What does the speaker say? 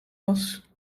was